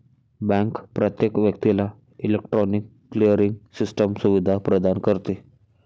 bank प्रत्येक व्यक्तीला electronic clearing system सुविधा प्रदान करते